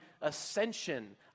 ascension